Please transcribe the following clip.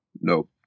no